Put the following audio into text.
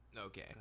okay